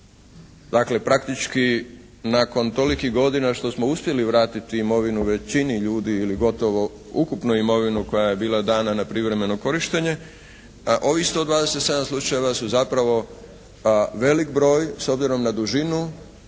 dakle praktički nakon toliko godina što smo uspjeli vratiti imovinu većini ljudi ili gotovo ukupnu imovinu koja je bila dana na privremeno korištenje, ovih 127 slučajeva su zapravo velik broj s obzirom na dužinu